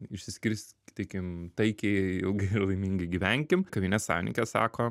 išsiskirstykim taikiai ilgai ir laimingai gyvenkim kavinės savininkė sako